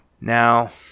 Now